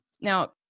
Now